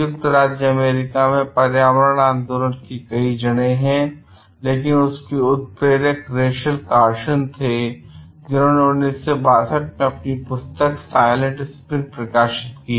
संयुक्त राज्य अमेरिका में पर्यावरण आंदोलन की कई जड़ें हैं लेकिन इसके उत्प्रेरक रेचल कार्सन थे जिन्होंने1962 में अपनी पुस्तक साइलेंट स्प्रिंग प्रकाशित की